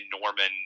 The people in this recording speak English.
Norman